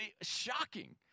shocking